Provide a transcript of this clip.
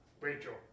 Rachel